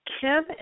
Kim